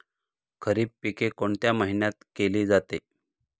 खरीप पिके कोणत्या महिन्यात केली जाते?